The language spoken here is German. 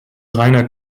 reiner